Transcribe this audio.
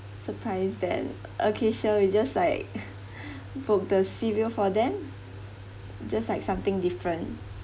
surprise them okay sure we just like book the sea view for them just like something different